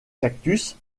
cactus